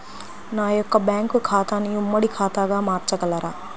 నా యొక్క బ్యాంకు ఖాతాని ఉమ్మడి ఖాతాగా మార్చగలరా?